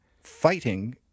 fighting